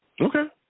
Okay